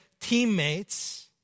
teammates